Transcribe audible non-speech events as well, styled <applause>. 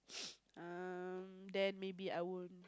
<noise> um then maybe I won't